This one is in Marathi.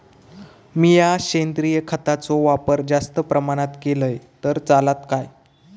मीया सेंद्रिय खताचो वापर जास्त प्रमाणात केलय तर चलात काय?